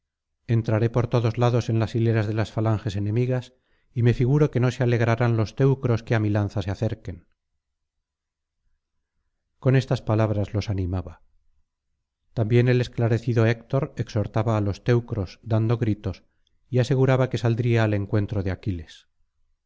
entraré por todos lados en las hileras de las falanges enemigas y me figuro que no se alegrarán los teucros que á mi lanza se acerquen con estas palabras los animaba también el esclarecido héctor exhortaba á los teucros dando gritos y aseguraba que saldría al encuentro de aquiles